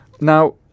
Now